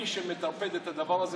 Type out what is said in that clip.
מי שמטרפד את זה,